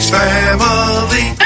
family